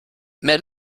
mehr